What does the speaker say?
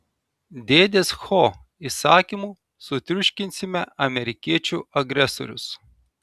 dėdės ho įsakymu sutriuškinsime amerikiečių agresorius